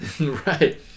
Right